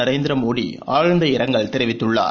நரேந்திர மோடி ஆழ்ந்த இரங்கல் தெரிவித்துள்ளார்